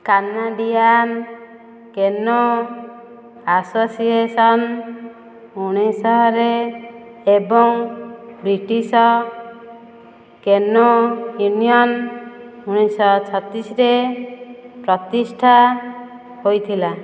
Canadian canoe association ଉଣେଇଶିଶହ ରେ ଏବଂ ବ୍ରିଟିଶ କେନୋ ୟୁନିଅନ ଉଣେଇଶି ଛତିଶ ରେ ପ୍ରତିଷ୍ଠା ହୋଇଥିଲା